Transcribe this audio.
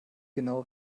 genaue